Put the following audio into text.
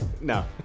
No